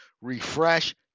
refresh